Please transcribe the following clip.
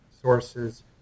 sources